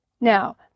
Now